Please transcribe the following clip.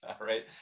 right